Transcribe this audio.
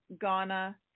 Ghana